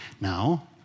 Now